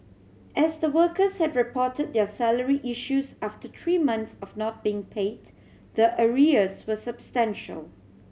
as the workers had reported their salary issues after three months of not being paid the arrears were substantial